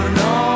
no